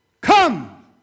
come